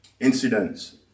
incidents